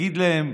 יגיד להם: